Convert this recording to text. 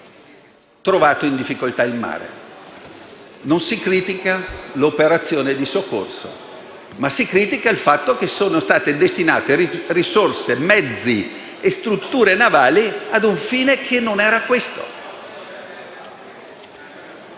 trovato in difficoltà in mare. Non si critica l'operazione di soccorso, ma il fatto che sono state destinate risorse, mezzi e strutture navali ad un fine che non era questo.